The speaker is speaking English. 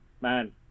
man